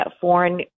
foreign